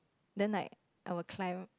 then like I will climb